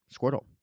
Squirtle